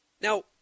Now